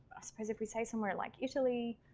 suppose if we say somewhere like italy,